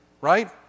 Right